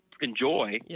enjoy